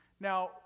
Now